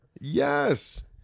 Yes